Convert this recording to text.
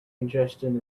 congestion